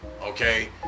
okay